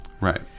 Right